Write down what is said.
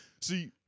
See